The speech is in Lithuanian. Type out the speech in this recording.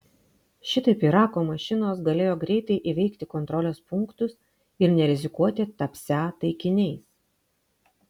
šitaip irako mašinos galėjo greitai įveikti kontrolės punktus ir nerizikuoti tapsią taikiniais